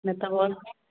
न त पोइ